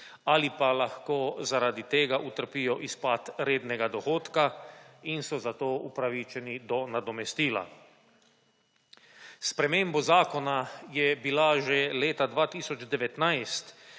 ali pa lahko zaradi tega utrpijo izpad rednega dohodka in so zato upravičeni do nadomestila. S spremembo zakona je bila že leta 2019